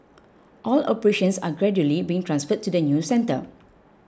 all operations are gradually being transferred to the new centre